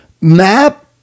map